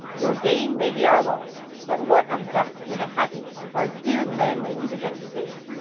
your gain may be our loss but what of that where the happiness of our dear landlady is at stake?